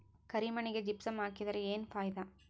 ಕರಿ ಮಣ್ಣಿಗೆ ಜಿಪ್ಸಮ್ ಹಾಕಿದರೆ ಏನ್ ಫಾಯಿದಾ?